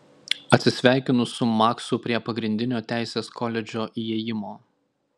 atsisveikinu su maksu prie pagrindinio teisės koledžo įėjimo